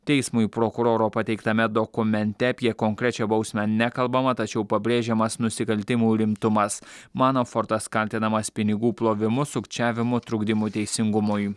teismui prokuroro pateiktame dokumente apie konkrečią bausmę nekalbama tačiau pabrėžiamas nusikaltimų rimtumas mano fordas kaltinamas pinigų plovimu sukčiavimu trukdymu teisingumui